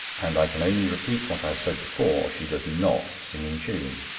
and i can only repeat what i have said before she does not sing in tune